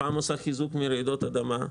בחיזוק מפני רעידות אדמה,